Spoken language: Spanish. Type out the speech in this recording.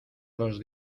los